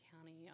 County